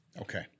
Okay